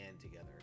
together